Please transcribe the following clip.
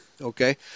okay